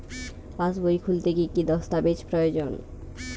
পাসবই খুলতে কি কি দস্তাবেজ প্রয়োজন?